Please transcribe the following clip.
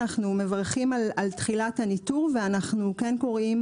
אנחנו מברכים על תחילת הניטור ואנחנו כן קוראים